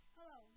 Hello